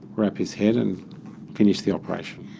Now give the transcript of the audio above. wrap his head and finish the operation.